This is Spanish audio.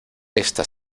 esta